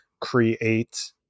create